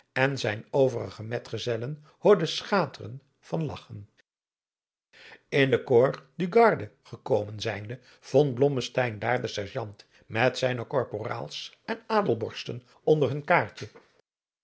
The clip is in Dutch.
en zijn overige medgezellen hoorde schateren van lagchen in de corps du garde gekomen zijnde vond blommesteyn daar den serjant met zijne korporaals en adelborsten onder hun